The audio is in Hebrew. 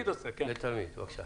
בבקשה.